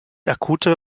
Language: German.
akute